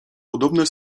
podobne